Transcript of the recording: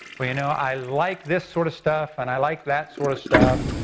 well you know i like this sort of stuff, and i like that sort of stuff.